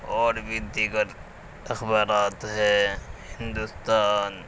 اور بھی دیگر اخبارات ہے ہندوستان